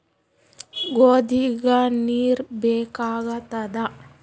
ಗೋಧಿಗ ನೀರ್ ಬೇಕಾಗತದ?